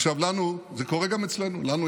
עכשיו, זה קורה גם אצלנו.